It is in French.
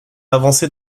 avancer